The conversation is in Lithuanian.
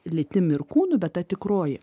lytim ir kūnu bet ta tikroji